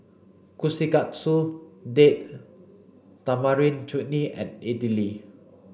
Kushikatsu Date Tamarind Chutney and Idili